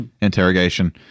interrogation